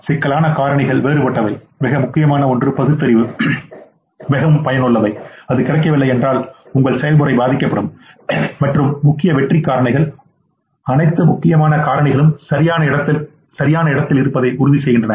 சிக்கலான காரணிகள் வேறுபட்டவை மிக முக்கியமான ஒன்று பகுத்தறிவு மிகவும் பயனுள்ளவை அது கிடைக்கவில்லை என்றால் உங்கள் செயல்முறை பாதிக்கப்படும் மற்றும் முக்கிய வெற்றிக் காரணிகள் அனைத்து முக்கியமான காரணிகளும் சரியான இடத்தில் இருப்பதை உறுதிசெய்கின்றன